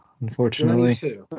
unfortunately